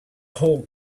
whole